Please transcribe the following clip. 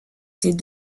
ses